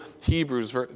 Hebrews